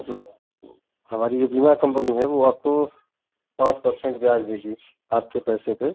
मतलब वह हमारी जो बीमा कंपनी है वह आपको पाँच परसेंट ब्याज देगी आपके पैसे पर